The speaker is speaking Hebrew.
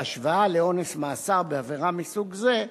בהשוואה לעונש מאסר בעבירה מסוג זה,